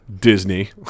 Disney